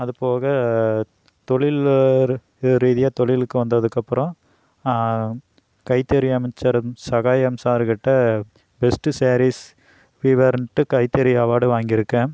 அது போக தொழில் ரீதியாக தொழிலுக்கு வந்ததுக்கப்பறம் கைத்தறி அமைச்சர் சகாயம் சாருக்கிட்ட ஃபெஸ்ட்டு சாரீஸ் வீவர்ன்ட்டு கைத்தறி அவார்டு வாங்கியிருக்கேன்